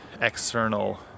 external